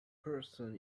person